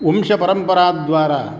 वंशपरम्पराद्वारा